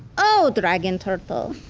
o dragon turtle,